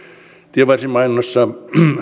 tienvarsimainonnassa